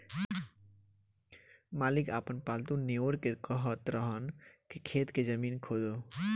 मालिक आपन पालतु नेओर के कहत रहन की खेत के जमीन खोदो